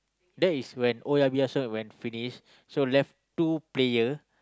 that is when oh-yah-peh-yah-som when finish so left two player